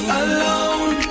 alone